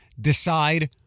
decide